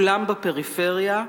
כולם בפריפריה,